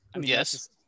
Yes